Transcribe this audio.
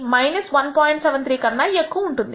73 కన్నా ఎక్కువ ఉంటుంది